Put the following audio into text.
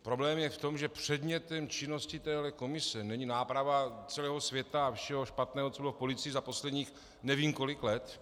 Problém je v tom, že předmětem činnosti téhle komise není náprava celého světa a všeho špatného, co bylo v policii za posledních nevím kolik let.